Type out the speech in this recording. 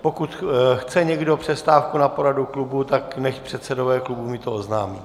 Pokud chce někdo přestávku na poradu klubu, tak nechť mi to předsedové klubů oznámí.